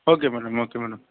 okay madam okay madam